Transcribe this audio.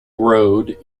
road